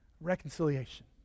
Reconciliation